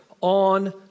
on